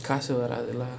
காசு வராது:kaasu varaathu lah